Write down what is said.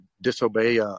disobey